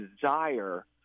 desire